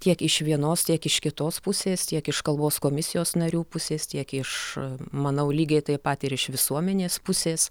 tiek iš vienos tiek iš kitos pusės tiek iš kalbos komisijos narių pusės tiek iš manau lygiai taip pat ir iš visuomenės pusės